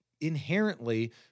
inherently